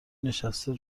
نشسته